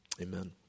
Amen